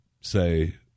say